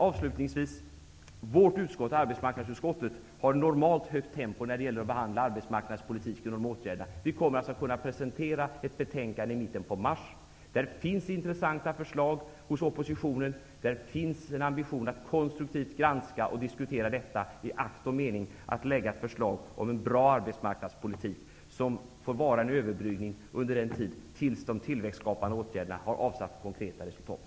Avslutningsvis vill jag säga att vårt utskott, arbetsmarknadsutskottet, normalt har ett högt tempo när det gäller att behandla arbetsmarknadspolitiken. Vi kommer alltså att kunna presentera ett betänkande i mitten av mars. Det finns intressanta förslag hos oppositionen. Det finns en ambition att konstruktivt granska och diskutera detta, i akt och mening att lägga fram ett förslag om en bra arbetsmarknadspolitik, som får vara en överbryggning under tiden fram till dess att de tillväxtskapande åtgärderna har avsatt konkreta resultat.